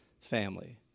family